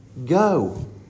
Go